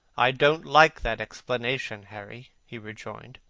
i don't like that explanation, harry, he rejoined,